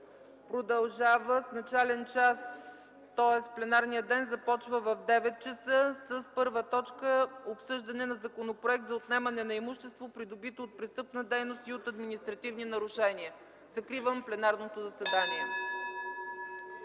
Симеон Дянков. Утре пленарният ден започва в 9,00 ч. с първа точка – обсъждане на Законопроект за отнемане на имущество, придобито от престъпна дейност и от административни нарушения. Закривам пленарното заседание.